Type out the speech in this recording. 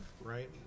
right